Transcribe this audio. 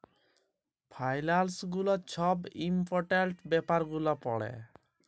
ফাইলালস গুলা ছব ইম্পর্টেলট ব্যাপার গুলা পড়ে